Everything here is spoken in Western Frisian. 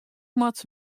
moat